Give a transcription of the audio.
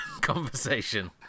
conversation